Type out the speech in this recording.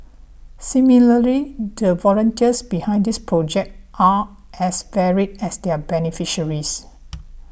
similarly the volunteers behind this project are as varied as their beneficiaries